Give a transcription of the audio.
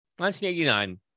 1989